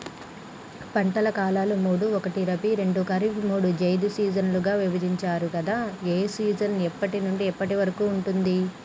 పంటల కాలాలు మూడు ఒకటి రబీ రెండు ఖరీఫ్ మూడు జైద్ సీజన్లుగా విభజించారు కదా ఏ సీజన్ ఎప్పటి నుండి ఎప్పటి వరకు ఉంటుంది?